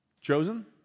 Chosen